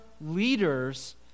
leaders